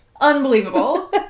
Unbelievable